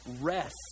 rest